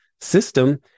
system